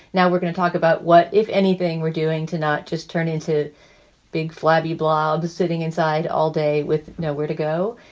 now we're going to talk about what, if anything, we're doing to not just turn into big flabby blobs sitting inside all day with nowhere to go.